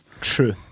True